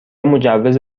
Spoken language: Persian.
مجوز